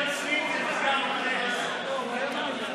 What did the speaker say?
גם אצלי זה נסגר לפני עשר,